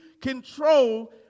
control